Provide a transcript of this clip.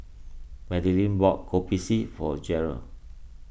Madeleine bought Kopi C for Jeryl